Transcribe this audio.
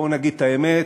בואו נגיד את האמת,